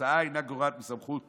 ההצעה אינה גורעת מסמכות